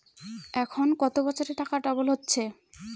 এখন কত বছরে টাকা ডবল হচ্ছে?